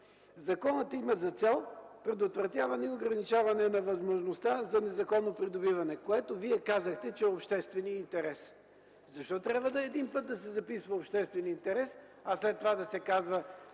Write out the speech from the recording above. законът има за цел предотвратяване и ограничаване на възможността за незаконно придобиване, което Вие казахте, че е общественият интерес. Защо трябва един път да се записва „обществен интерес”, а след това да се казва,